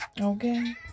okay